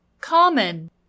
common